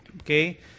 okay